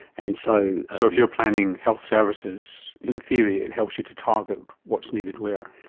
and so so if you're planning health services, in theory it helps you to target what is needed where.